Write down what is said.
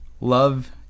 Love